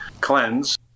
cleanse